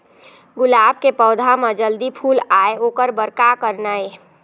गुलाब के पौधा म जल्दी फूल आय ओकर बर का करना ये?